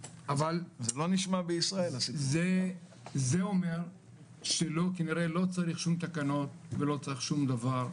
זה אומר שכנראה לא צריך שום תקנות ולא צריך שום דבר,